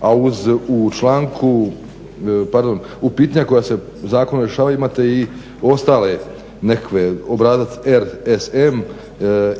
A u članku, pardon pitanja koja se zakonom rješavaju imate i ostale nekakve obrazac RSM,